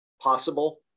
possible